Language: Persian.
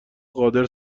قادر